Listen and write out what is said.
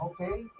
okay